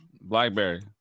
Blackberry